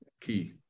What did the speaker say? key